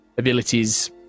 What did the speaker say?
abilities